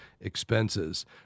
expenses